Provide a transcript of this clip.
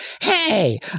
hey